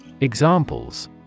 Examples